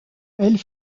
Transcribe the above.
elle